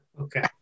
Okay